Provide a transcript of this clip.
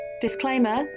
Disclaimer